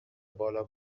بالا